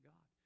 God